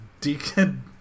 deacon